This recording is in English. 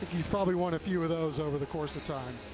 probably won a few of those over the course of time.